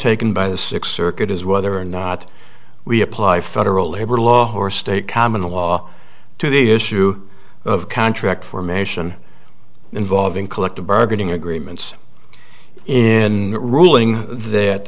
taken by the six circuit is whether or not we apply federal labor law or state common law to the issue of contract formation involving collective bargaining agreements in ruling that